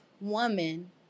woman